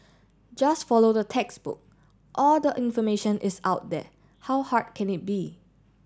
just follow the textbook all the information is out there how hard can it be